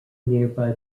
nearby